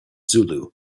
zulu